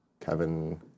Kevin